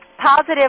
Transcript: positive